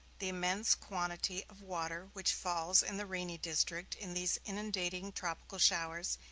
the immense quantity of water which falls in the rainy district in these inundating tropical showers,